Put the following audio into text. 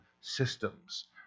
systems